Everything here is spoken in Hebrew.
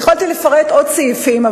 יכולתי לפרט עוד סעיפים,